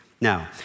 Now